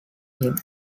him